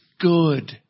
good